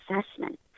assessment